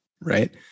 right